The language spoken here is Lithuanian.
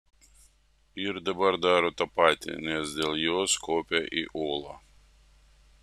ir dabar daro tą patį nes dėl jos kopia į uolą